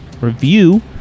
review